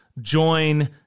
join